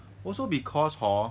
also because hor